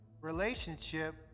relationship